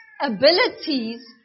Abilities